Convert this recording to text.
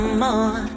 more